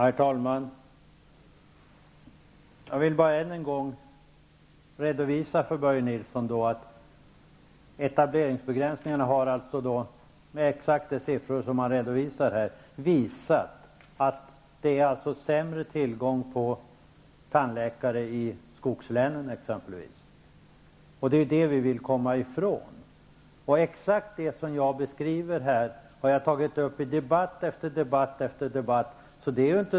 Herr talman! Jag vill bara än en gång tala om för också med tanke på exakt de siffror som Börje Nilsson redovisade här -- har visat att det alltså är sämre tillgång på tandläkare i exempelvis skogslänen. Det vill vi komma ifrån. Exakt det jag har bekrivit nu här har jag tagit upp i debatt efter debatt tidigare.